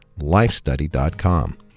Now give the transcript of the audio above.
lifestudy.com